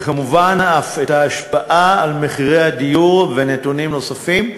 וכמובן אף ההשפעה על מחירי הדיור ונתונים נוספים.